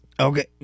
Okay